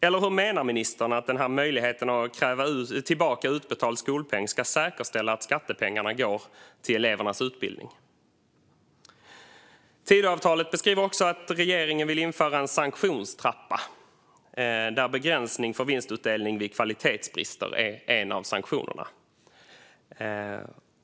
Eller hur menar ministern att denna möjlighet att kräva tillbaka utbetald skolpeng ska säkerställa att skattepengarna går till elevernas utbildning? Tidöavtalet beskriver också att regeringen vill införa en sanktionstrappa där begränsning för vinstutdelning vid kvalitetsbrister är en av sanktionerna.